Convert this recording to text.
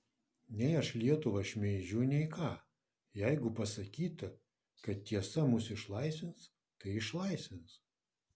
nei aš lietuvą šmeižiu nei ką jeigu pasakyta kad tiesa mus išlaisvins tai išlaisvins